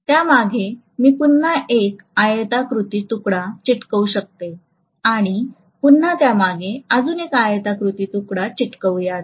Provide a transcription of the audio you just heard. त्या मागे मी पुन्हा एक आयताकृती तुकडा चिकटवू शकते आणि पुन्हा त्यामागे अजून एक आयताकृती तुकडा चिटकवूयात